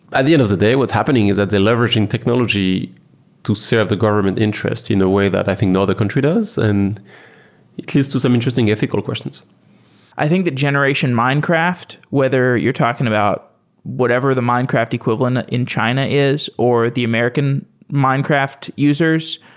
the end of the day, what's happening is that they're leveraging technology to serve the government interest in a way that i think no other country does and it leads to some interesting ethical questions i think that generation minecraft, whether you're talking about whatever the minecraft equivalent in china is or the american minecraft users,